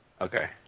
Okay